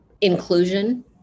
inclusion